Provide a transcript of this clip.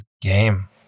game